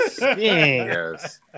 Yes